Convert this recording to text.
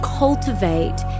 cultivate